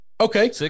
Okay